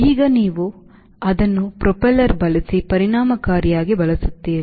ಈಗ ನೀವು ಅದನ್ನು ಪ್ರೊಪೆಲ್ಲರ್ ಬಳಸಿ ಪರಿಣಾಮಕಾರಿಯಾಗಿ ಬಳಸುತ್ತೀರಿ